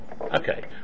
Okay